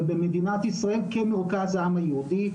אבל במדינת ישראל כן רוכז העם היהודי,